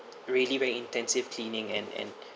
really very intensive cleaning and and